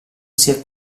sia